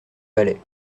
balai